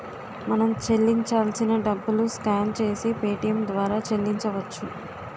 మనం చెల్లించాల్సిన డబ్బులు స్కాన్ చేసి పేటియం ద్వారా చెల్లించవచ్చు